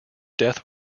death